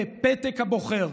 בפתק הבוחר.